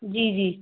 जी जी